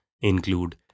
include